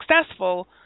successful